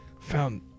found